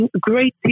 great